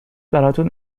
براتون